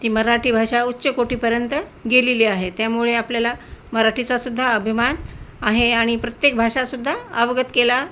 ती मराठी भाषा उच्च कोटीपर्यंत गेलेली आहे त्यामुळे आपल्याला मराठीचासुद्धा अभिमान आहे आणि प्रत्येक भाषासुद्धा अवगत केला